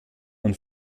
und